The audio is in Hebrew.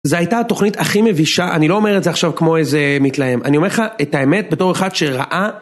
זו הייתה התוכנית הכי מבישה, אני לא אומר את זה עכשיו כמו איזה מתלהם, אני אומר לך את האמת בתור אחד שראה...